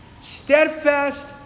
Steadfast